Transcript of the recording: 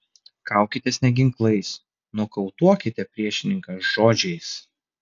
kaukitės ne ginklais nokautuokite priešininką žodžiais